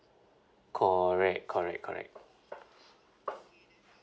correct correct correct